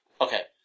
Okay